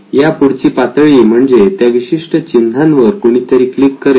या पुढची पातळी म्हणजे त्या विशिष्ट चिन्हांवर कुणीतरी क्लिक करेल